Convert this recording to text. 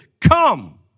come